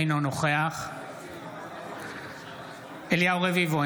אינו נוכח אליהו רביבו,